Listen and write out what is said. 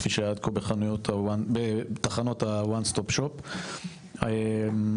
כפי שהיה עד היום בתחנות ה-ONE STOP SHOP. מבצע